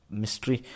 Mystery